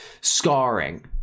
scarring